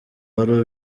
wari